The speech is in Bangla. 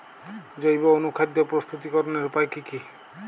জৈব অনুখাদ্য প্রস্তুতিকরনের উপায় কী কী?